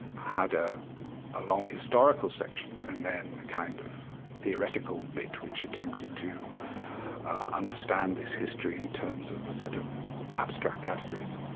had ah a long historical section and then a kind of theoretical bit which attempted to understand this history in terms of a set of abstract categories.